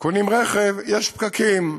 קונים רכב, יש פקקים.